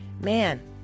man